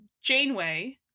Janeway